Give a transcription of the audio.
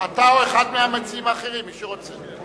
אתה או אחד מהמציעים האחרים, מי שרוצה.